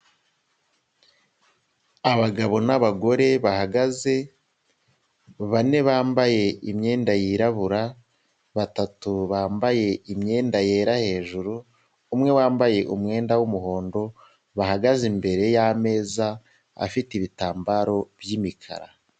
Abagabo n'abagore bahagaze bane bambaye imyenda yirabura, batatu bambaye imyenda yera hejuru, umwe wambaye umwenda w'umuhondo, bahagaze imbere y'ameza afite ibitambaro by'imikara.